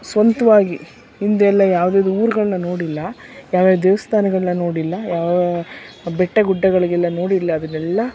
ಸ್ವಂತವಾಗಿ ಹಿಂದೆ ಎಲ್ಲ ಯಾವ್ಯಾವ ಊರುಗಳ್ನ ನೋಡಿಲ್ಲ ಯಾವ್ಯಾವ ದೇವಸ್ಥಾನಗಳ್ನ ನೋಡಿಲ್ಲ ಯಾವ್ಯಾವ ಬೆಟ್ಟ ಗುಡ್ಡಗಳಿಗೆಲ್ಲ ನೋಡಿಲ್ಲ ಅದನ್ನೆಲ್ಲ